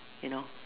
you know